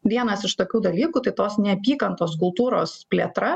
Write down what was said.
vienas iš tokių dalykų tai tos neapykantos kultūros plėtra